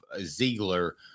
Ziegler